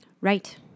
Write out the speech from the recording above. Right